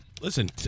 Listen